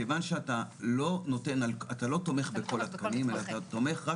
מכיוון שאתה לא תומך בכל התקנים אלא אתה תומך רק